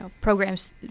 programs